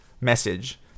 message